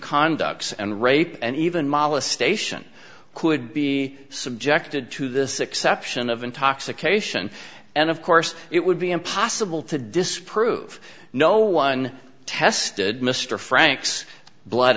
conduct and rape and even mala station could be subjected to this exception of intoxication and of course it would be impossible to disprove no one tested mr frank's blood